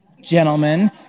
gentlemen